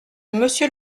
monsieur